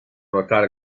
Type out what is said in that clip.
notare